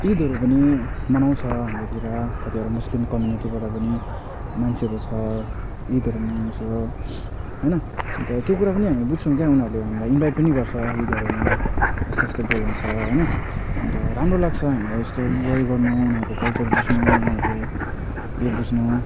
ईदहरू पनि मनाउँछ हाम्रोतिर कतिवटा मुस्लिम कम्युनिटीबाट पनि मान्छेहरू छ ईदहरू मनाउँछ होइन अन्त त्यो कुरा पनि हामी बुझ्छौँ क्या उनीहरूले हामीलाई इन्भाइट पनि गर्छ ईदहरूमा यस्तो यस्तो बोलाउँछ होइन अन्त राम्रो लाग्छ हामीलाई यस्तो इन्जोय गर्नु उनीहरूको कल्चर बुझ्नु उनीहरूको उयो बुझ्न